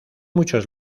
muchos